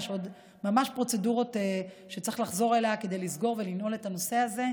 יש ממש עוד פרוצדורות שצריך לחזור אליהן כדי לסגור ולנעול את הנושא הזה,